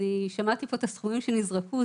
אני שמעתי פה את הסכומים שנזרקו,